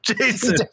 Jason